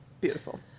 Beautiful